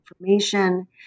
information